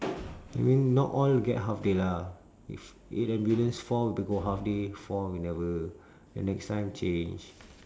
I mean not all get half day lah if eight ambulance four will be go half day four will never then next time change